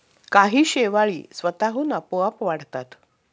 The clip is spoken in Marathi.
काही शेवाळी स्वतःहून आपोआप वाढतात